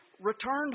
returned